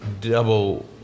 double